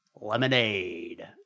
Lemonade